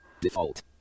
Default